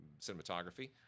Cinematography